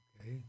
okay